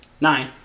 Nine